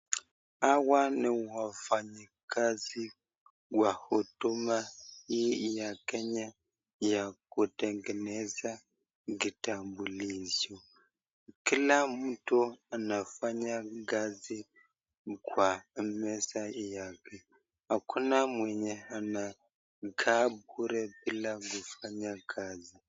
Hawa ni wafanyikazi wa huduma ya Kenya ya kutengeneza kitambulisho. kila mtu anafanya kazi kwa meza yake .hakuna mwenye anakaa bure bila kufanya kazi.